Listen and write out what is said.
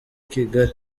kigali